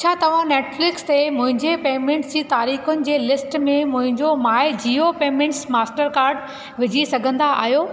छा तव्हां नेटफ्लिक्स ते मुंहिंजी पेमेंट्स जी तरीख़ुनि जी लिस्ट में मुंहिंजो माइ जीओ पेमेंट्स मास्टरकार्ड विझी सघंदा आहियो